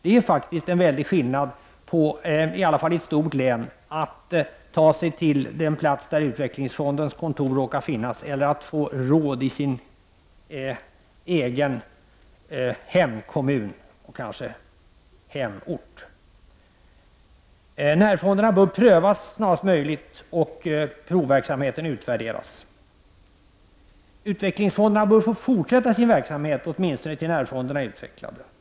Det är en väldig skillnad att ta sig till den plats där utvecklingsfondens kontor råkar finnas eller att få råd i sin egen hemkommun eller kanske i sin hemort, i varje fall i ett stort län. Närfonderna bör prövas snarast möjligt, och provverksamheten bör utvärderas. Utvecklingsfonderna bör få fortsätta sin verksamhet åtminstone till dess närfonderna är utvecklade.